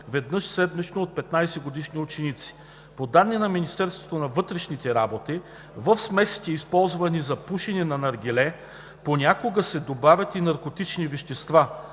веднъж седмично от 15-годишни ученици. По данни на Министерството на вътрешните работи в смесите, използвани за пушене на наргиле, понякога се добавят и наркотични вещества,